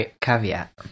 caveat